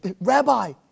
Rabbi